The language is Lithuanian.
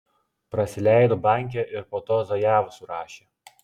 prasileido bankę ir po to zajavą surašė